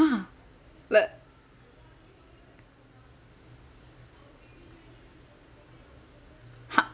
!huh! let !huh!